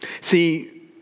See